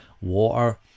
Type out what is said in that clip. water